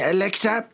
Alexa